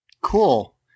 cool